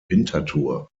winterthur